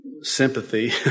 sympathy